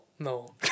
No